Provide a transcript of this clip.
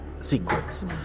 secrets